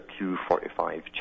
Q45